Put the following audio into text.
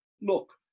look